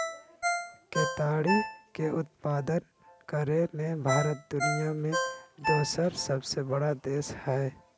केताड़ी के उत्पादन करे मे भारत दुनिया मे दोसर सबसे बड़ा देश हय